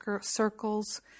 Circles